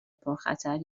پرخطر